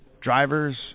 drivers